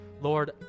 Lord